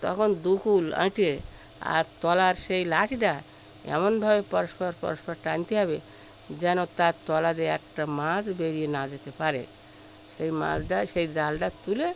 তখন দুকুল এঁটে আর তলার সেই লাঠিটা এমন ভাবে পরস্পর পরস্পর টানতে হবে যেন তার তলা দিয়ে একটা মাছ বেরিয়ে না যেতে পারে সেই মাছটা সেই ডালটা তুলে